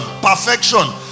perfection